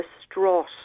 distraught